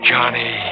Johnny